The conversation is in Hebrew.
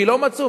כי לא מצאו?